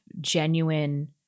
genuine